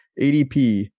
ADP